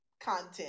content